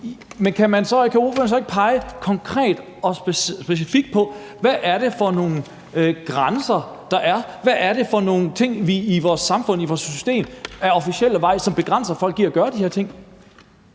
Men kan ordføreren så ikke pege konkret og specifikt på, hvad det er for nogle grænser, der er? Hvad er det for nogle ting, som i vores samfund, i vores system ad officiel vej begrænser folk i at gøre de her ting?